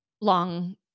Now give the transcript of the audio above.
long